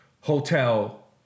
hotel